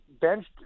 benched